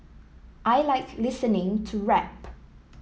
I like listening to rap